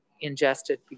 ingested